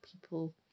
people